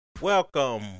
Welcome